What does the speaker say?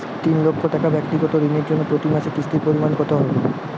তিন লক্ষ টাকা ব্যাক্তিগত ঋণের জন্য প্রতি মাসে কিস্তির পরিমাণ কত হবে?